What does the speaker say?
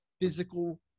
physical